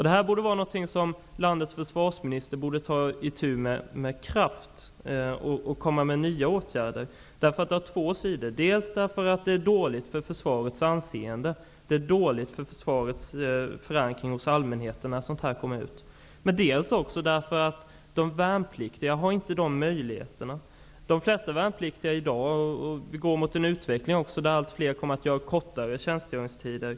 Detta borde vara något som landets försvarsminister skulle ta itu med med kraft och komma med nya åtgärder. Detta borde ske dels därför att det är dåligt för försvarets anseende och försvarets förankring hos allmänheten när sådant kommer ut, dels därför att de värnpliktiga inte har möjligheter att göra något åt det. Vi går mot en utveckling där allt fler kommer att ha kortare tjänstgöringstider.